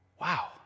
wow